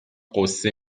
غصه